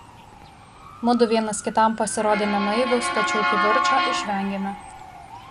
mudu vienas kitam pasirodėme naivūs tačiau kivirčo išvengėme